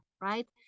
right